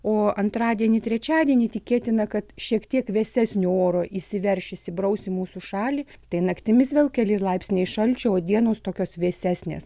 o antradienį trečiadienį tikėtina kad šiek tiek vėsesnio oro įsiverš įsibraus į mūsų šalį tai naktimis vėl keli laipsniai šalčio o dienos tokios vėsesnės